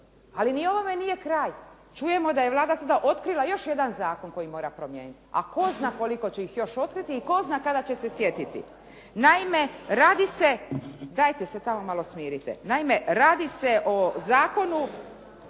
Ali ni ovome nije kraj, čujemo da je sada Vlada otkrila još jedan zakon koji mora promijeniti, a tko zna koliko će ih još otkriti i tko zna kada će se sjetiti. Naime, radi se o Zakonu o ugostiteljskoj djelatnosti.